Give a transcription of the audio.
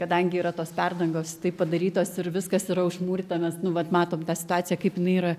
kadangi yra tos perdangos tai padarytos ir viskas yra užmūryta mes nu vat matom tą situaciją kaip jinai yra